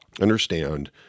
understand